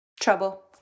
Trouble